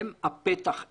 הן הפתח,